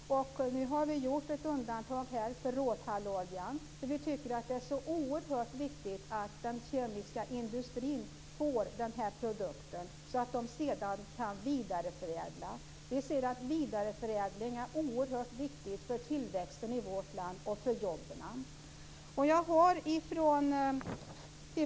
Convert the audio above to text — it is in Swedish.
Nu vill vi göra ett undantag för råtalloljan. Vi tycker att det är oerhört viktigt att den kemiska industrin får denna produkt så att den sedan kan vidareförädlas. Vidareförädling är oerhört viktigt för tillväxten i vårt land och för jobben.